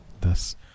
thus